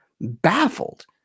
baffled